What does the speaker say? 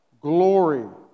glory